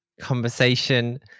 conversation